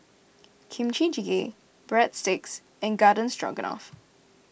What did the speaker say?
Kimchi Jjigae Breadsticks and Garden Stroganoff